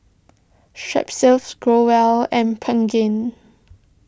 Growell and Pregain